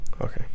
okay